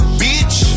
bitch